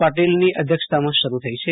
પાટોલની અધ્યક્ષતામાં શરૂ થઈ છ